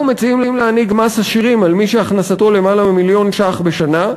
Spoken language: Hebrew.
אנחנו מציעים להנהיג מס עשירים על מי שהכנסתו יותר ממיליון ש"ח בשנה,